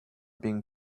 being